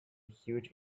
huge